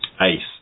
Ace